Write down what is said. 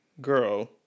Girl